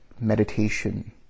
meditation